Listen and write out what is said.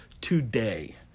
today